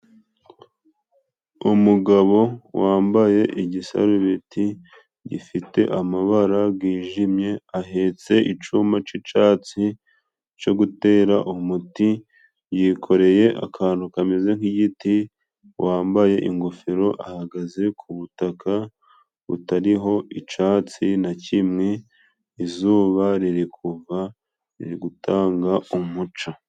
Umugabo wambaye igisarubeti gifite amabara gijimye ahetse icuma c'icatsi co gutera umuti ,yikoreye akantu kameze nk'igiti wambaye ingofero ahagaze ku butaka butariho icatsi na kimwe, izuba riri kuva riri gutanga umuco.